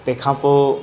तंहिंखां पोइ